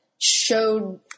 showed